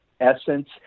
essence